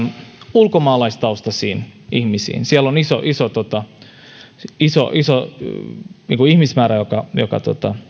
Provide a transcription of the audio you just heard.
ulkomaalaistaustaisiin ihmisiin siellä on iso iso ihmismäärä joka joka